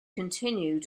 continued